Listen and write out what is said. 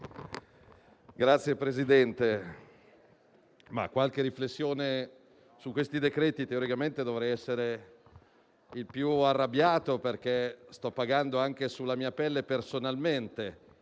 Signor Presidente, farò qualche riflessione su questi decreti-legge. Teoricamente, dovrei essere il più arrabbiato perché sto pagando anche sulla mia pelle personalmente,